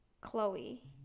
chloe